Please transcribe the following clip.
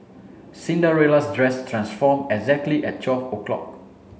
Cinderella's dress transformed exactly at twelve o'clock